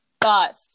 bus